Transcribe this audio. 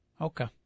Okay